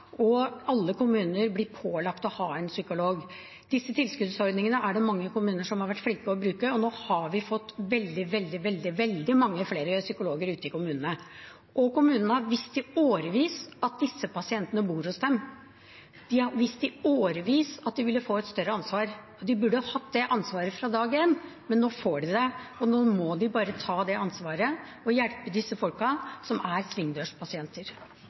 og alle kommuner blir pålagt å ha en psykolog. Disse tilskuddsordningene er det mange kommuner som har vært flinke til å bruke, og nå har vi fått veldig, veldig mange flere psykologer ute i kommunene. Kommunene har visst i årevis at disse pasientene bor hos dem. De har visst i årevis at de ville få et større ansvar. De burde hatt det ansvaret fra dag én, men nå får de det. Nå må de bare ta det ansvaret og hjelpe disse folkene, som er svingdørspasienter.